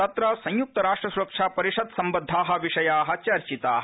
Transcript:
तत्र संयुक्तराष्ट्र सुरक्षा परिषद् संबद्धा विषया चर्चिता